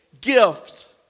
gift